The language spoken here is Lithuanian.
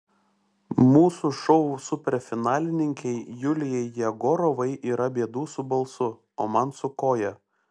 mūsų šou superfinalininkei julijai jegorovai yra bėdų su balsu o man su koja